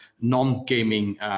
non-gaming